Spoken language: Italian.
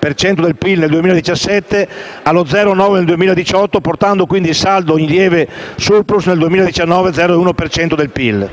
per cento del PIL nel 2017 e allo 0,9 per cento nel 2018, portando quindi il saldo in lieve *surplus* nel 2019 (0,1 per